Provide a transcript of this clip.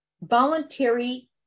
voluntary